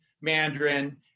Mandarin